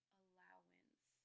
allowance